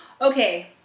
Okay